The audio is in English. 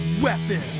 weapon